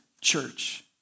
church